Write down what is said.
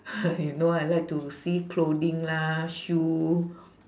you know I like to see clothing lah shoe